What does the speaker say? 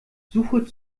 suche